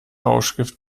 rauschgift